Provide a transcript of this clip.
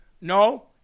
No